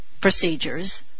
procedures